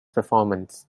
performance